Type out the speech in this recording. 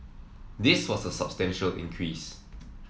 this was a substantial increase